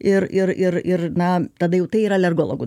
ir ir ir ir na tada jau tai yra alergologų